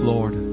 Lord